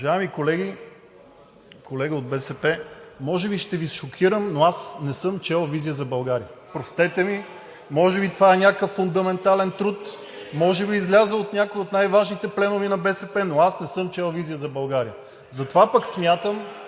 Уважаеми колеги! Колега от БСП, може би ще Ви шокирам, но аз не съм чел „Визия за България“. Простете ми, може би това е някакъв фундаментален труд, може би е излязъл от някой от най-важните пленуми на БСП, но аз не съм чел „Визия за България“. (Силен шум